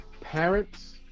Parents